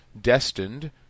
destined